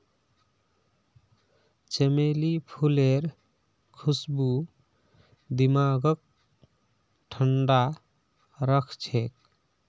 चमेली फूलेर खुशबू दिमागक ठंडा राखछेक